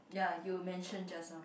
ya you've mentioned just now